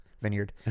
vineyard